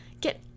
get